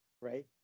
right